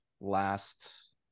last